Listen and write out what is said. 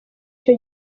icyo